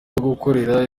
gukorera